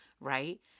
right